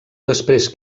després